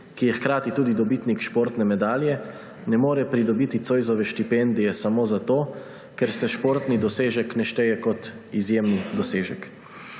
ki je hkrati tudi dobitnik športne medalje, ne more pridobiti Zoisove štipendije samo zato, ker se športni dosežek ne šteje kot izjemen dosežek.